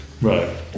Right